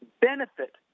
benefit